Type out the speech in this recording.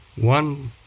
One